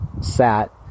sat